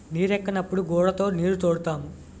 నీరెక్కనప్పుడు గూడతో నీరుతోడుతాము